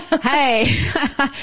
Hey